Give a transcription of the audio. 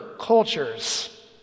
cultures